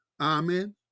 Amen